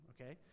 okay